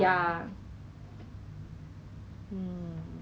I think 是那个 bottle 是 like purple colour